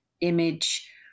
image